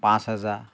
পাঁচ হেজাৰ